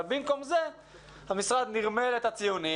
אבל במקום זה המשרד ככל הנראה נירמל את הציונים,